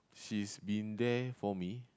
she's been there for me